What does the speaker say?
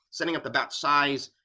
setting up the batch size,